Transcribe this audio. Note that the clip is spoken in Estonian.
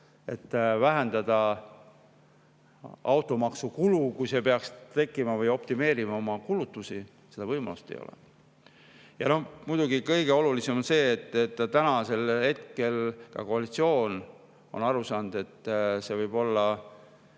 et vähendada automaksu kulu, kui see peaks tekkima, või optimeerida oma kulutusi. Seda võimalust ei ole. Muidugi kõige olulisem on see, et praegu on ka koalitsioon aru saanud, et see võib olla